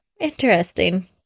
interesting